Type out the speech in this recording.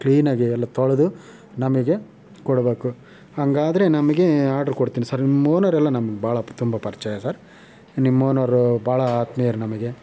ಕ್ಲೀನಾಗೆ ಎಲ್ಲ ತೊಳೆದು ನಮಗೆ ಕೊಡಬೇಕು ಹಂಗಾದ್ರೆ ನಮಗೆ ಆರ್ಡ್ರ್ ಕೊಡ್ತಿನಿ ಸರ್ ನಿಮ್ಮ ಓನರೆಲ್ಲ ನಮ್ಗೆ ಭಾಳ ತುಂಬ ಪರಿಚಯ ಸರ್ ನಿಮ್ಮ ಓನರು ಭಾಳ ಆತ್ಮೀಯರು ನಮಗೆ